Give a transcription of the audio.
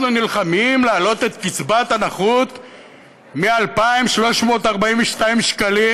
אנחנו נלחמים להעלות את קצבת הנכות מ-2,342 שקלים